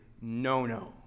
no-no